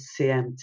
CMT